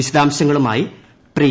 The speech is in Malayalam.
വിശദാംശങ്ങളുമായി പ്രിയ